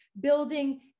building